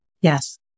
Yes